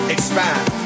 Expand